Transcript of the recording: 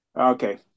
Okay